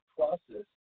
process